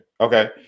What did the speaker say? Okay